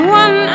one